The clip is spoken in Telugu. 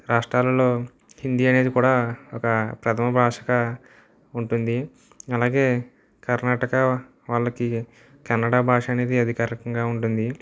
రాష్ట్రాలలో హిందీ అనేది కూడా ఒక ప్రధమ భాషగా ఉంటుంది అలాగే కర్ణాటక వాళ్ళకి కన్నడ భాష అనేది అధికారికంగా ఉంటుంది